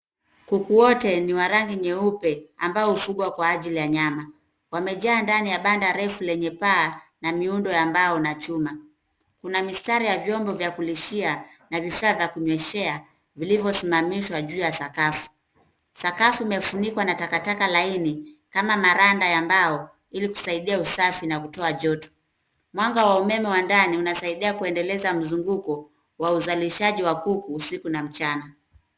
Kuku wote ni wa rangi nyeupe ambao hufugwa kwa ajili ya nyama; wamejaa ndani ya banda refu lenye paa na miundo ya mbao na chuma. Kuna mistari ya vyombo vya kulishia na vifaa vya kunyweshea vilivyosimamishwa juu ya sakafu. Sakafu imefunikwa na takataka laini kama maranda ya mbao ili kusaidia usafi na kutoa joto. Mwanga wa umeme wa ndani unasaidia kuendeleza mzunguko wa uzalishaji wa kuku usiku na mchana.